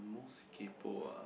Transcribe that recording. most kaypoh ah